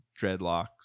dreadlocks